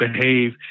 behave